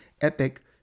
epic